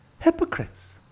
hypocrites